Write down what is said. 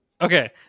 Okay